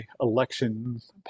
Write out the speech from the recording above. Elections